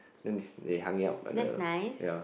then they hung it up at the ya